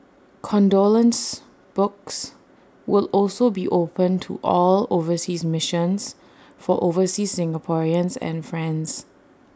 condolence books will also be opened to all overseas missions for overseas Singaporeans and friends